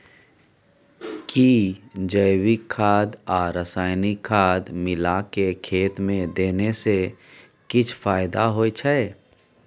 कि जैविक खाद आ रसायनिक खाद मिलाके खेत मे देने से किछ फायदा होय छै?